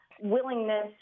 willingness